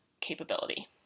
capability